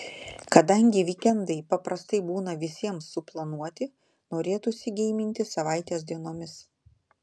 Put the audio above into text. kadangi vykendai paprastai būna visiems suplanuoti norėtųsi geiminti savaitės dienomis